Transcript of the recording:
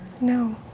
No